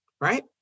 Right